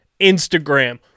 Instagram